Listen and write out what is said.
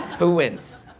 who wins?